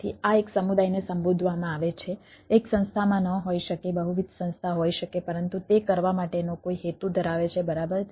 તેથી આ એક સમુદાયને સંબોધવામાં આવે છે એક સંસ્થામાં ન હોઈ શકે બહુવિધ સંસ્થા હોઈ શકે પરંતુ તે કરવા માટેનો કોઈ હેતુ ધરાવે છે બરાબર